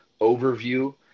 overview